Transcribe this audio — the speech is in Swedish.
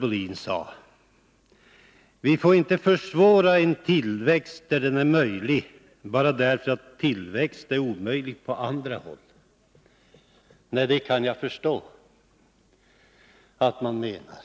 Hon sade: ”Vi får inte försvåra en tillväxt där den är möjlig bara därför att tillväxt är omöjlig på andra håll.” Nej, det kan jag förstå att man menar.